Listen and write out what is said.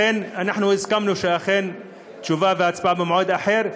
לכן הסכמנו שהתשובה וההצבעה יהיו במועד אחר.